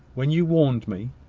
when you warned me,